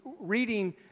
reading